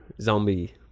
zombie